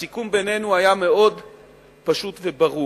הסיכום בינינו היה פשוט וברור,